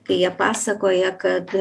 kai jie pasakoja kad